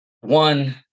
One